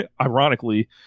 ironically